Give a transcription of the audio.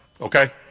Okay